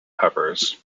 peppers